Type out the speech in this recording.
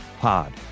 pod